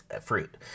fruit